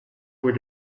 were